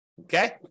okay